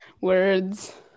Words